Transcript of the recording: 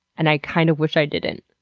and i kind of wish i didn't.